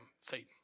Satan